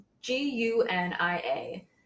G-U-N-I-A